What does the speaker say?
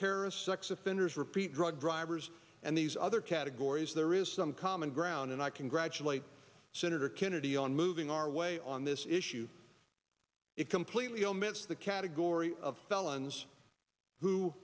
terrorists sex offenders repeat drug drivers and these other categories there is some common ground and i congratulate senator kennedy on moving our way on this issue it completely omits the category of felons who